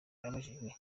abajijwe